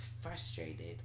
frustrated